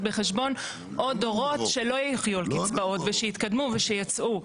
בחשבון עוד דורות שלא יחיו על קצבאות ושיתקדמו ושיצאו.